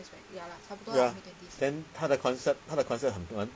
ya then 他的 concept 他的 concept 很暗